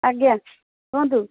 ଆଜ୍ଞା କୁହନ୍ତୁ